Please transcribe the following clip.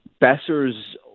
Besser's